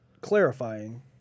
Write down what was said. clarifying